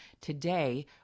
Today